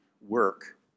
work